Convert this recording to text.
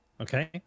Okay